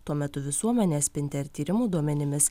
tuo metu visuomenė spinter tyrimų duomenimis